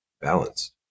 balanced